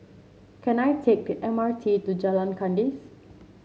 can I take the M R T to Jalan Kandis